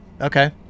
Okay